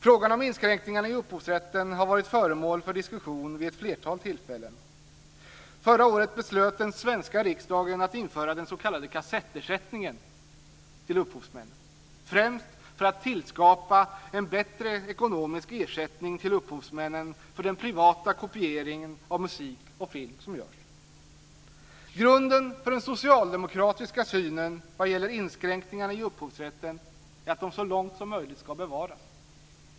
Frågan om inskränkningarna i upphovsrätten har varit föremål för diskussion vid ett flertal tillfällen. Förra året beslutade den svenska riksdagen att införa den s.k. kasettersättningen till upphovsmännen, främst för att tillskapa en bättre ekonomisk ersättning till upphovsmännen för den privata kopiering av musik och film som görs. Grunden för den socialdemokratiska synen vad gäller inskränkningarna i upphovsrätten är att de så långt det är möjligt ska bevaras.